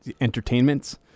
entertainments